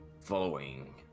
following